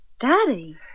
Daddy